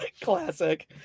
classic